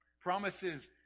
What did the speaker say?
Promises